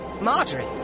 Marjorie